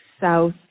south